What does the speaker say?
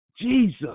Jesus